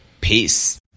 Peace